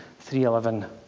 3.11